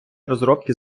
розробки